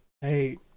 hey